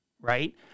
Right